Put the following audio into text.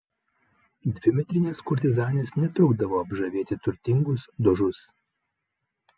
dvimetrinės kurtizanės netrukdavo apžavėti turtingus dožus